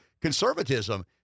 conservatism